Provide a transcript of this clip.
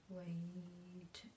Wait